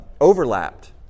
overlapped